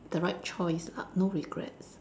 the right choice lah no regrets